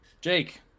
Jake